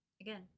again